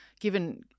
given